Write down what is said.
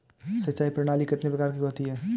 सिंचाई प्रणाली कितने प्रकार की होती है?